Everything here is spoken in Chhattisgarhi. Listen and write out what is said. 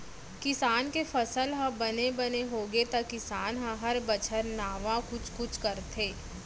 किसान के फसल ह बने बने होगे त किसान ह हर बछर नावा कुछ कुछ करथे